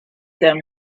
them